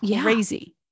crazy